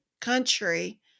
country